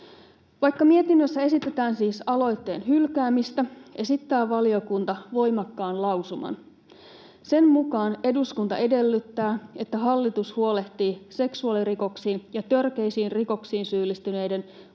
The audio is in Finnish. Vaikka mietinnössä esitetään siis aloitteen hylkäämistä, esittää valiokunta voimakkaan lausuman: ”Eduskunta edellyttää, että hallitus huolehtii seksuaalirikoksiin ja törkeisiin rikoksiin syyllistyneiden